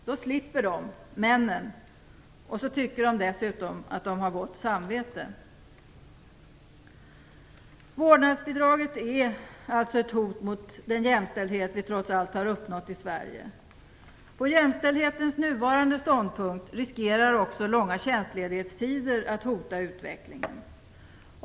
Då slipper de, männen, och så tycker de dessutom att de har gott samvete. Vårdnadsbidraget är alltså ett hot mot den jämställdhet som vi trots allt har uppnått i Sverige. På jämställdhetens nuvarande ståndpunkt riskerar också långa tjänstledighetstider att hota utvecklingen.